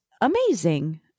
amazing